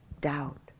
doubt